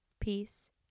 peace